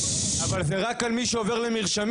--- אבל זה רק על מי שעובר למרשמים.